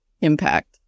impact